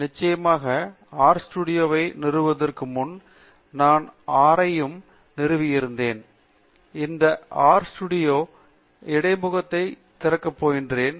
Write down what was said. நிச்சயமாக R studio வை நிறுவுவதற்கு முன் நான் ஆர் ஐயும் நிறுவியிருக்கிறேன் இந்த ஆர் ஸ்டூடியோ இடைமுகத்தை திறக்க போகிறேன்